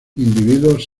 individuos